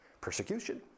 Persecution